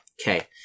Okay